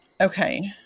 Okay